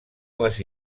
les